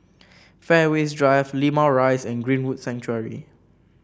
Fairways Drive Limau Rise and Greenwood Sanctuary